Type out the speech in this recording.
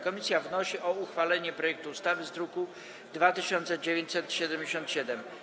Komisja wnosi o uchwalenie projektu ustawy z druku nr 2977.